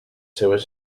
seues